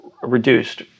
reduced